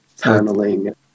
paneling